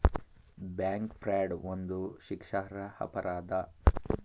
bank fraud ಒಂದು ಶಿಕ್ಷಾರ್ಹ ಅಪರಾಧ